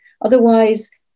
Otherwise